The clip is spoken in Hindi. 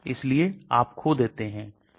विभिन्न membranes में अलग अलग पारगम्यता हो सकती है